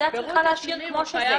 את פירוט התשלומים את צריכה להשאיר כמו שזה.